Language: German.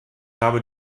habe